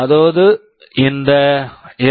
அதோடு இந்த எஸ்